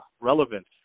relevance